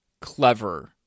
clever